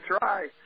try